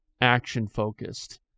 action-focused